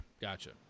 Gotcha